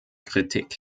kritik